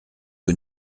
que